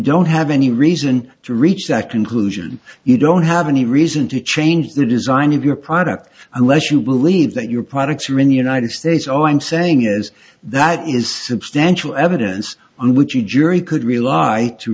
don't have any reason to reach that conclusion you don't have any reason to change the design of your product unless you believe that your products are in the united states all i'm saying is that is substantial evidence on which you jury could rely to